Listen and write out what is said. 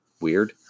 weird